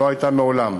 לא הייתה מעולם.